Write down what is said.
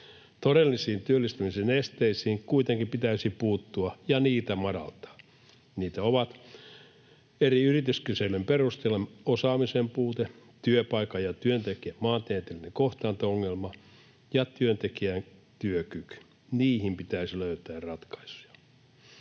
Todellisiin työllistymisen esteisiin kuitenkin pitäisi puuttua ja niitä madaltaa. Niitä ovat eri yrityskyselyjen perusteella osaamisen puute, työpaikan ja työntekijöiden maantieteellinen kohtaanto-ongelma ja työntekijän työkyky. Niihin pitäisi löytää ratkaisuja.